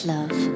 Love